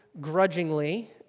grudgingly